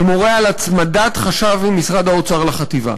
שמורה על הצמדת חשב ממשרד האוצר לחטיבה.